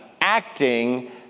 acting